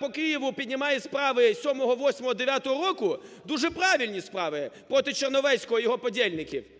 по Києву, піднімає справи 7, 8, 9 року, дуже правильні справи проти Черновецького, його подєльників.